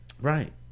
Right